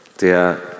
der